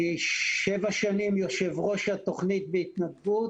שבע שנים אני יושב-ראש התוכנית בהתנדבות,